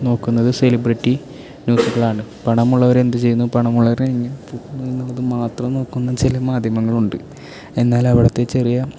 നോക്കുന്നത് സെലിബ്രേറ്റി ന്യൂസുകളാണ് പണമുള്ളവർ എന്ത് ചെയ്യുന്നു പണമുള്ളവർ എ മാത്രം നോക്കുന്ന ചില മാധ്യമങ്ങളുണ്ട് എന്നാൽ അവിടത്തെ ചെറിയ